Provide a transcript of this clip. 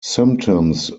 symptoms